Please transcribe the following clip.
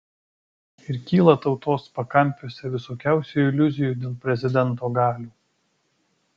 ir kyla tautos pakampiuose visokiausių iliuzijų dėl prezidento galių